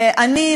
אני,